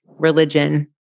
religion